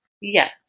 Yes